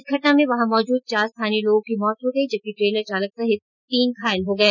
इस घटना में वहां मौजूद चार स्थानीय लोगों की मौत हो गई जबकि ट्रेलर चालक सहित तीन घायल हो गये